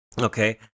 okay